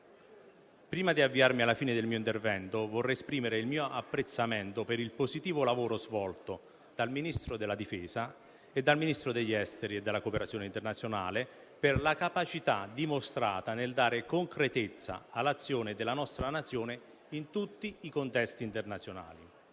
Prima di avviarmi alla fine del mio intervento, vorrei esprimere il mio apprezzamento per il positivo lavoro svolto dal Ministro della difesa e dal Ministro degli affari esteri e della cooperazione internazionale, per la capacità dimostrata nel dare concretezza all'azione della nostra Nazione in tutti i contesti internazionali.